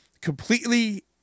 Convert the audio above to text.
completely